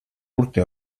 urte